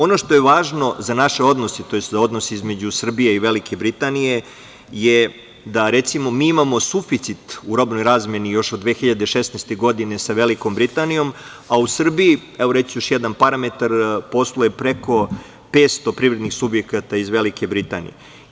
Ono što je važno za naše odnose, tj. za odnose između Srbije i Velike Britanije, je da recimo mi imamo suficit u robnoj razmeni još od 2016. godine sa Velikom Britanijom, a u Srbiji, reći ću još jedan parametar, posluje preko 500 privrednih subjekata iz Velike Britanije.